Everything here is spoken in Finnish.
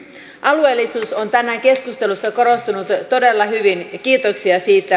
alueellisuus on tänään keskustelussa korostunut todella hyvin kiitoksia siitä